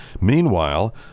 meanwhile